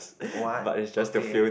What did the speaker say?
what okay